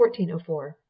1404